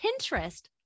Pinterest